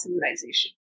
civilization